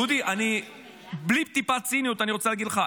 דודי, בלי טיפת ציניות אני רוצה להגיד לך.